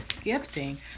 gifting